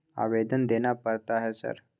आवेदन देना पड़ता है सर?